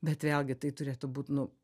bet vėlgi tai turėtų būt nu